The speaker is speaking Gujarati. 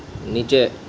નીચે